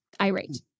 irate